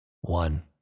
One